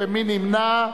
מי נמנע?